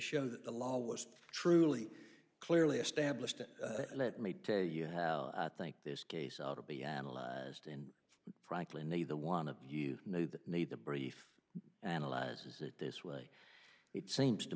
that the law was truly clearly established and let me tell you how i think this case ought to be analyzed in frankly neither one of you knew the need to brief analyze it this way it seems to